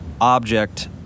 object